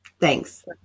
Thanks